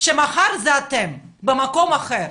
שמחר זה אתם במקום אחר,